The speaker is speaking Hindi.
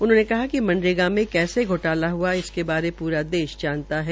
उन्होंने कहा कि मनरेगा में कैसे घोटाला हुआ इसके बारे पूरा देश जानता है